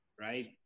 Right